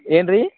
ಏನು ರೀ